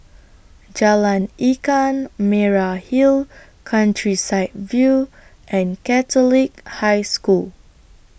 Jalan Lkan Merah Hill Countryside View and Catholic High School